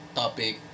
topic